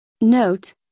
Note